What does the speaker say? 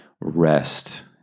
rest